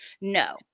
No